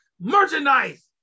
merchandise